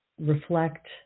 reflect